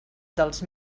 dels